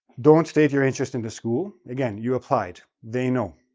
don't state your interest in the school. again, you applied. they know,